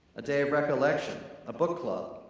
a day of recollection, a book club,